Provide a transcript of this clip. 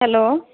hello